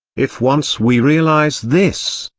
if once we realise this,